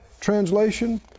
translation